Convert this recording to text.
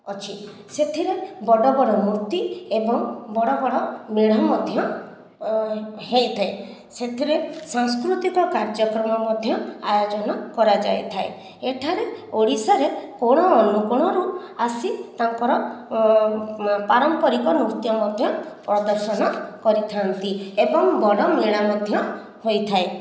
ଅଛି ସେଥିରେ ବଡ଼ ବଡ଼ ମୂର୍ତ୍ତି ଏବଂ ବଡ଼ ବଡ଼ ମେଢ଼ ମଧ୍ୟ ହୋଇଥାଏ ସେଥିରେ ସାଂସ୍କୃତିକ କାର୍ଯ୍ୟକ୍ରମ ମଧ୍ୟ ଆୟୋଜନ କରାଯାଇଥାଏ ଏଠାରେ ଓଡ଼ିଶାରେ କୋଣ ଅନୁକୋଣରୁ ଆସି ତାଙ୍କର ପାରମ୍ପରିକ ନୃତ୍ୟ ମଧ୍ୟ ପ୍ରଦର୍ଶନ କରିଥାନ୍ତି ଏବଂ ବଡ଼ ମେଳା ମଧ୍ୟ ହୋଇଥାଏ